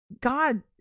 God